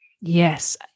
yes